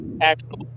actual